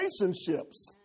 relationships